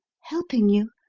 helping you?